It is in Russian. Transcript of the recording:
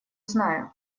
знаю